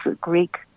Greek